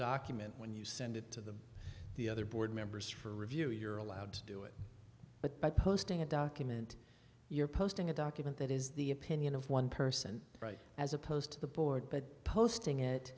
document when you send it to the other board members for review you're allowed to do it but by posting a document you're posting a document that is the opinion of one person right as opposed to the board but posting it